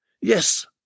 Yes